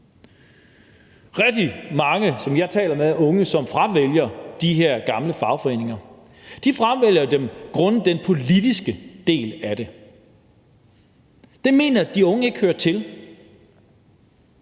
taler med, som fravælger de her gamle fagforeninger, fravælger dem grundet den politiske del af det. Det mener de unge ikke hører til.